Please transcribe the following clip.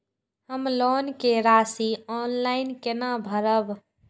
हम लोन के राशि ऑनलाइन केना भरब?